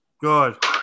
Good